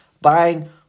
buying